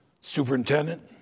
superintendent